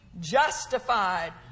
justified